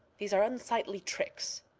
these are unsightly tricks.